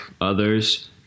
others